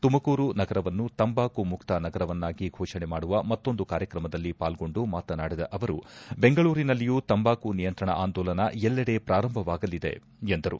ತುಮಕೂರು ನಗರವನ್ನು ತಂಬಾಕು ಮುಕ್ತ ನಗರವನ್ನಾಗಿ ಘೋಷಣೆ ಮಾಡುವ ಮತ್ತೊಂದು ಕಾರ್ಯಕ್ರಮದಲ್ಲಿ ಪಾಲ್ಗೊಂಡು ಮಾತನಾಡಿದ ಅವರು ಬೆಂಗಳೂರಿನಲ್ಲಿಯೂ ತಂಬಾಕು ನಿಯಂತ್ರಣ ಅಂದೋಲನ ಎಲ್ಲೆಡೆ ಪ್ರಾರಂಭವಾಗಿದೆ ಎಂದರು